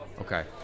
Okay